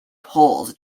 poles